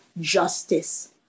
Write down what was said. justice